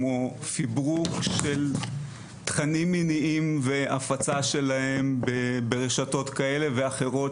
כמו פברוק של תכנים מיניים והפצה שלהם ברשתות כאלה ואחרות,